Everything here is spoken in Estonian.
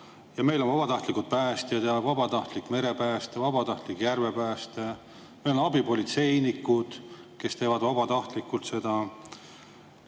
ja meil on vabatahtlikud päästjad, vabatahtlik merepääste, vabatahtlik järvepääste. Meil on abipolitseinikud, kes teevad seda vabatahtlikult.